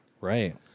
Right